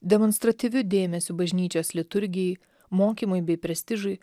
demonstratyviu dėmesiu bažnyčios liturgijai mokymui bei prestižui